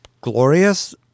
glorious